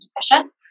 deficient